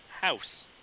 house